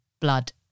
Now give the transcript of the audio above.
blood